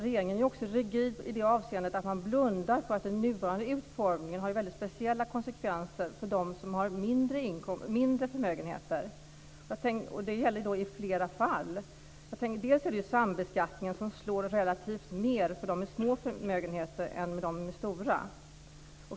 Regeringen är också rigid i det avseendet att man blundar för att den nuvarande utformningen har väldigt speciella konsekvenser för dem som har mindre förmögenheter. Det gäller i flera fall. Först är det sambeskattningen, som slår relativt mer för dem med små förmögenheter än för dem med stora.